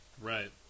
Right